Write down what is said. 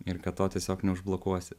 ir kad to tiesiog neužblokuosi